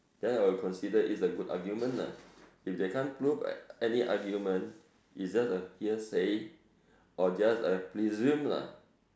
then I will considered is a good argument lah if they can't prove any argument is just a hearsay or just a presume lah